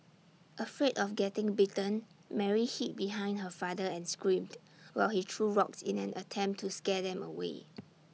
afraid of getting bitten Mary hid behind her father and screamed while he threw rocks in an attempt to scare them away